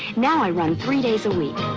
now i run three days a week.